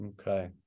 Okay